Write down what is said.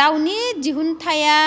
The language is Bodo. दाउनि दिहुनथाया